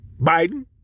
Biden